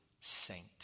saint